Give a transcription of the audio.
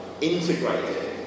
integrated